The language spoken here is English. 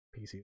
PC